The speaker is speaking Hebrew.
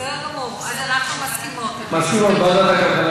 אם צריך לשנות, אז ועדת הכלכלה.